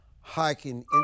hiking